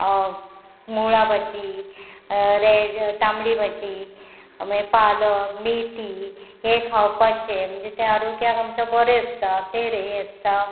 मुळा भाजी रेड तांबडी भाजी मागीर पालक मेथी हे खावपाचे म्हणजे ते आरोग्याक आमचे बरें आसता ते रे आसता